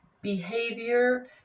behavior